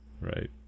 right